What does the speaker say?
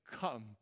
come